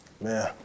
Man